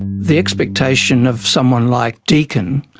the expectation of someone like deakin,